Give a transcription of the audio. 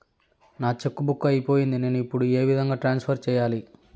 నా cheque book అయిపోయింది నేను ఇప్పుడు ఏ విధంగా ట్రాన్స్ఫర్ సేయాలి?